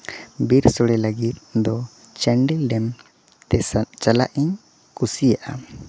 ᱵᱤᱨ ᱥᱳᱲᱮ ᱞᱟᱹᱜᱤᱫ ᱫᱚ ᱪᱟᱱᱰᱤᱞ ᱰᱮᱢ ᱪᱟᱞᱟᱜ ᱤᱧ ᱠᱩᱥᱤᱭᱟᱜᱼᱟ